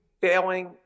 failing